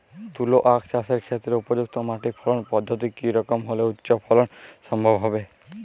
তুলো আঁখ চাষের ক্ষেত্রে উপযুক্ত মাটি ফলন পদ্ধতি কী রকম হলে উচ্চ ফলন সম্ভব হবে?